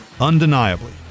Undeniably